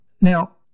Now